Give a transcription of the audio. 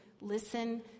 listen